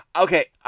Okay